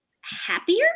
happier